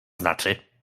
znaczy